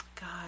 God